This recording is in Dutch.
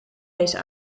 deze